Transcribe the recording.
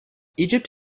egypt